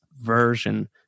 version